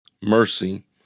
Mercy